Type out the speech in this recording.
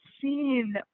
seen